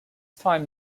time